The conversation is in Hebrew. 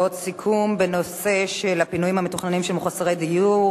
בנושא הפינויים המתוכננים של מחוסרי דיור,